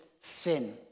sin